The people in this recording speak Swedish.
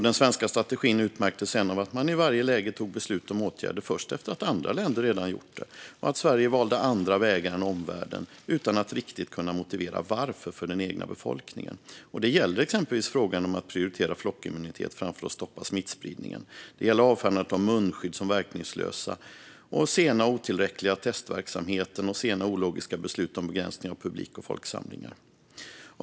Den svenska strategin utmärktes sedan av att man i varje läge fattade beslut om åtgärder först efter att andra länder redan hade gjort det och att Sverige valde andra vägar än omvärlden utan att riktigt kunna motivera varför för den egna befolkningen. Det gällde exempelvis frågan om att prioritera flockimmunitet framför att stoppa smittspridningen. Det gällde avfärdandet av munskydd som verkningslösa, sen och otillräcklig testverksamhet samt sena och ologiska beslut om begränsningar av publik och folksamlingar.